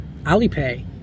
alipay